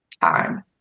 time